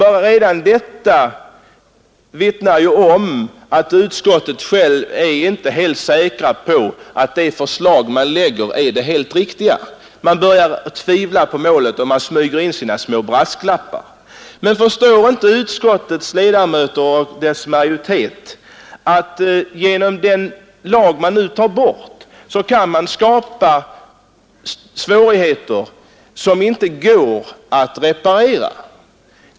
Men redan detta vittnar om att utskottet självt inte är alldeles säkert på att det förslag som det lägger fram är helt riktigt; man börjar sväva på målet och smyger in några små brasklappar. Men förstår inte utskottets majoritet att man genom att ta bort den nuvarande lagen kan skapa svårigheter som inte går att reparera?